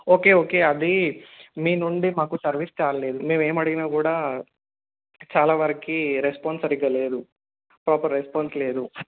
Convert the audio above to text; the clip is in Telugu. ఓకే ఓకే అది మీ నుండి మాకు సర్వీస్ చాలలేదు మేము ఏమి అడిగినా కూడా చాలా వరకి రెస్పాన్స్ సరిగలేదు ప్రాపర్ రెస్పాన్స్ లేదు